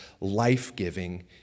life-giving